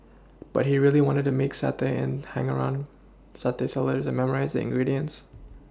but he really wanted to make satay and hung around satay sellers and memorised their ingredients